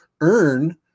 earn